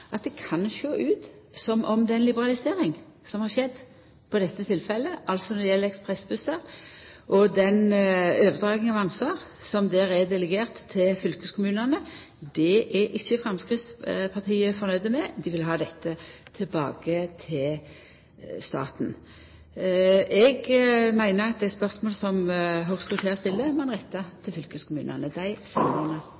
at det kan sjå ut som om at den liberaliseringa som har skjedd på dette feltet, altså når det gjeld ekspressbussar og overdraginga av ansvar som der er delegert til fylkeskommunane, er ikkje Framstegspartiet fornøgd med. Dei vil ha dette tilbake til staten. Eg meiner at det spørsmålet som